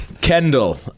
Kendall